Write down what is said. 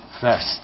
first